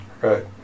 Right